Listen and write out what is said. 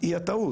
היא הטעות.